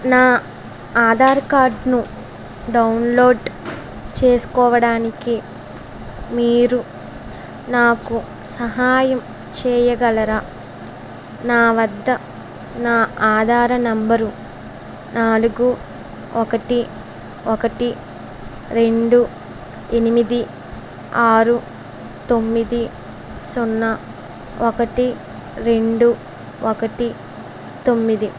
నా ఆధార్ కార్డ్ను డౌన్లోడ్ చేసుకోవడానికి మీరు నాకు సహాయం చెయ్యగలరా నా వద్ద నా ఆధార్ నంబరు నాలుగు ఒకటి ఒకటి రెండు ఎనిమిది ఆరు తొమ్మిది సున్నా ఒకటి రెండు ఒకటి తొమ్మిది